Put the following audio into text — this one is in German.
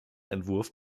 entwurf